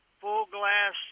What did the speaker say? full-glass